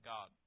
God